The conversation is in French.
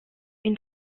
une